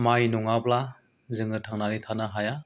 माय नङाब्ला जोङो थांनानै थानो हाया